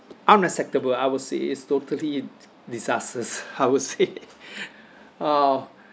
unacceptable I would say it's totally disasters I would say uh